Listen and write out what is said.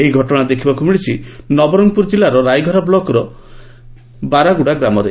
ଏପରି ଘଟଣା ଦେଖବାକୁ ମିଳିଛି ନବରଙ୍ଙପୁର କିଲ୍ଲାର ରାଇଘର ବ୍ଲକର ବରାଗୁଡା ଗ୍ରାମରେ